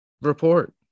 report